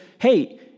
hey